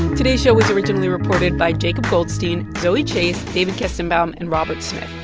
today's show was originally reported by jacob goldstein, zoe chace, david kestenbaum and robert smith.